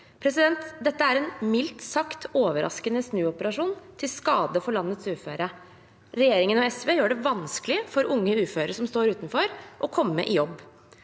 ordningen. Dette er en mildt sagt overraskende snuoperasjon, til skade for landets uføre. Regjeringen og SV gjør det vanskelig for unge uføre som står utenfor, å komme i jobb.